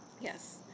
Yes